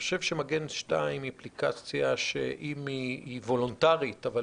מגן 2 היא אפליקציה וולונטרית אבל